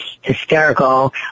hysterical